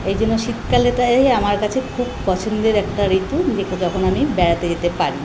এই জন্য শীতকালটাই আমার কাছে খুব পছন্দের একটা ঋতু যে যখন আমি বেড়াতে যেতে পারি